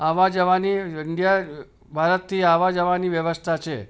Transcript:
આવવા જવાની ઈન્ડિયા ભારતથી આવવા જવાની વ્યવસ્થા છે